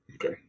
okay